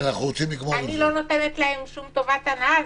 אני לא נותנת להם שום טובת הנאה.